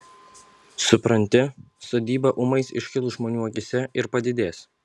supranti sodyba ūmai iškils žmonių akyse ir padidės